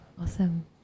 Awesome